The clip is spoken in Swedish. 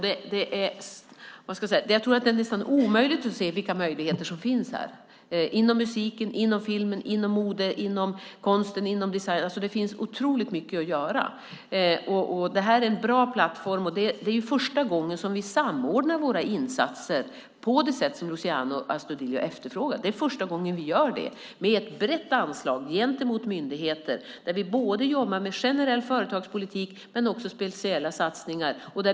Det är nästan omöjligt att se alla möjligheter som finns inom musik, film, mode, konst och design. Det finns otroligt mycket att göra. Det här är en bra plattform. Det är första gången vi samordnar våra insatser på det sätt som Luciano Astudillo efterfrågar. Det är första gången vi gör det med hjälp av ett brett anslag gentemot myndigheter. Vi jobbar med både generell företagspolitik och speciella satsningar.